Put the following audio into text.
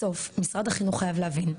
בסוף משרד החינוך חייב להבין,